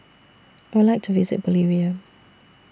I Would like to visit Bolivia